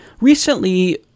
recently